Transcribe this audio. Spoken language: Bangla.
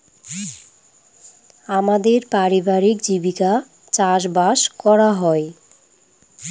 আমাদের পারিবারিক জীবিকা চাষবাস করা হয়